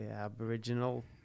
aboriginal